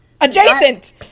Adjacent